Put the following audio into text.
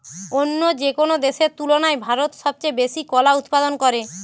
অন্য যেকোনো দেশের তুলনায় ভারত সবচেয়ে বেশি কলা উৎপাদন করে